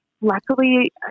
luckily